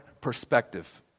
perspective